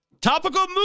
topical